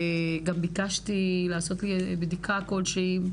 ביקשתי לעשות בדיקה כלשהי,